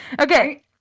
Okay